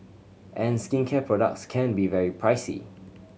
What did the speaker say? and skincare products can be very pricey